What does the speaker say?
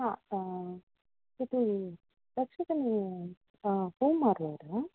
ಹಾಂ ಇದು ಹೂ ಮಾರುವವರಾ